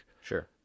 Sure